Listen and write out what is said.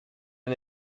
and